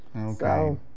okay